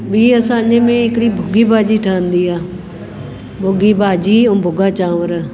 ॿीं असांजे में हिकिड़ी भुॻी भाॼी ठहंदी आहे भुॻी भाॼी ऐं भुॻा चांवर